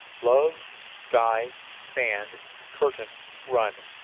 love sky sand curtain run.